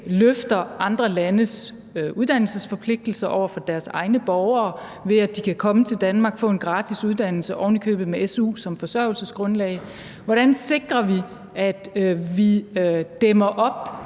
løfter andre landes uddannelsesforpligtelse over for deres egne borgere, ved at de kan komme til Danmark og få en gratis uddannelse, ovenikøbet med su som forsørgelsesgrundlag. Og at vi for det andet dæmmer op,